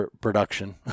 production